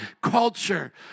culture